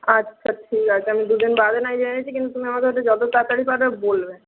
আচ্ছা ঠিক আছে আমি দুদিন বাদে নাহয় তুমি আমাকে যত তাড়াতাড়ি পারবে বলবে